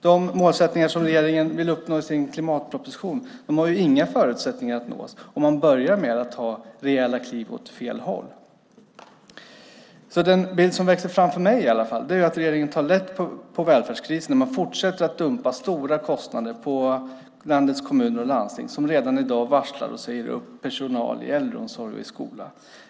De målsättningar som regeringen vill uppnå i sin klimatproposition har inga förutsättningar att nås om man börjar med att ta rejäla kliv åt fel håll. Den bild som växer fram i alla fall för mig är att regeringen tar lätt på välfärdskrisen när man fortsätter att dumpa stora kostnader på landets kommuner och landsting som redan i dag varslar och säger upp personal i äldreomsorg och skola.